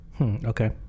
Okay